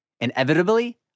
inevitably